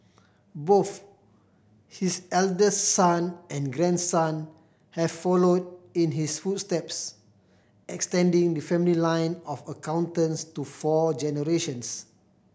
both his eldest son and grandson have followed in his footsteps extending the family line of accountants to four generations